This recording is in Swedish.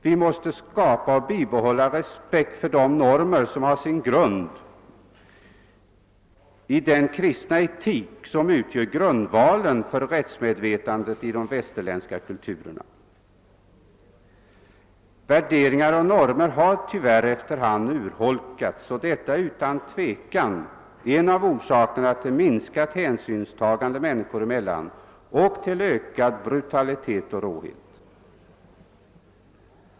Vi måste skapa och upprätthålla respekt för de normer som har sin grund i den kristna etiken; den utgör grundvalen för rättsmedvetandet i de västerländska kulturerna. Värderingar och normer har tyvärr efter hand urholkats, och detta är utan tvekan en av orsakerna till minskat hänsynstagande människor emellan och till ökad brutalitet och råhet.